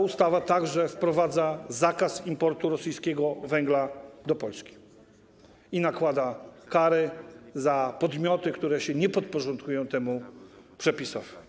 Ustawa wprowadza także zakaz importu rosyjskiego węgla do Polski i nakłada kary na podmioty, które się nie podporządkują temu przepisowi.